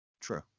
True